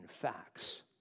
facts